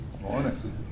Morning